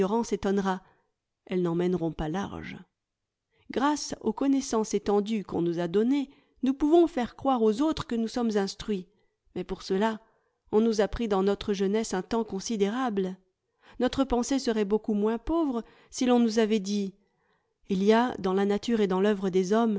étonnera elles n'en mèneront pas large grâce aux connaissances étendues qu'on nous a données nous pouvons faire croire aux autres que nous sommes instruits mais pour cela on nous a pris dans notre jeunesse un temps considérable notre pensée serait beaucoup moins pauvre si l'on nous avait dit il y a dans la nature et dans l'œuvre des hommes